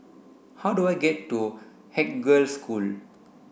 how do I get to Haig Girls' School